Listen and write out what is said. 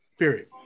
Period